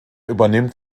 übernimmt